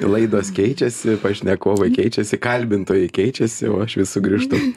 laidos keičiasi pašnekovai keičiasi kalbintojai keičiasi o aš vis sugrįžtu